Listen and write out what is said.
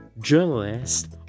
journalist